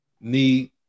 need